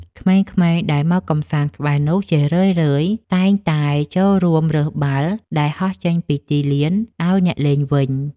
ក្មេងៗដែលមកកម្សាន្តក្បែរនោះ ជារឿយៗតែងតែចូលរួមរើសបាល់ដែលហោះចេញពីទីលានឱ្យអ្នកលេងវិញ។